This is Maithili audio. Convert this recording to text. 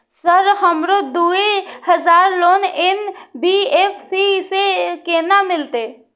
सर हमरो दूय हजार लोन एन.बी.एफ.सी से केना मिलते?